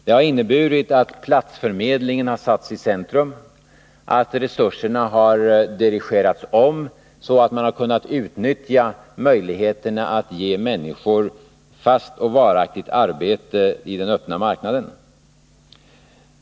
Det har inneburit att platsförmedlingen satts i centrum, att resurser dirigerats om så att vi kunnat utnyttja möjligheter att ge människor fast och varaktigt arbete i den öppna marknaden.